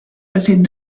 passaient